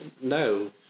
no